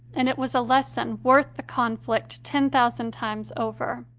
and it was a lesson worth the conflict ten thousand times over.